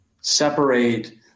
separate